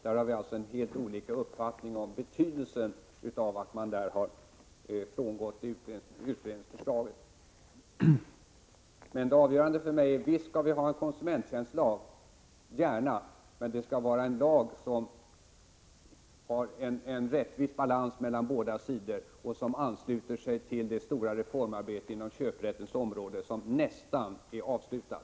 Där föreligger alltså helt olika uppfattningar om betydelsen av att man frångått utredningsförslaget. Visst skall vi ha en konsumenttjänstlag — gärna. Men det avgörande för mig är alltså detta: Det skall vara en lag som skapar balans och rättvisa mellan båda sidor och som ansluter sig till det stora reformarbete inom köprättens område som nästan är avslutat.